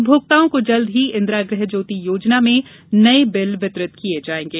उपमोक्ताओं को जल्द ही इंदिरा गृह ज्योति योजना में नए बिल वितरित किए जाएंगे